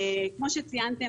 כפי שציינתם,